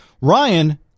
Ryan